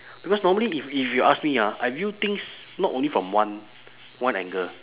because normally if if you ask me ah I view things not only from one one angle